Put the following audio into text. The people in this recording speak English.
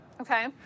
Okay